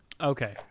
Okay